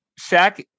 Shaq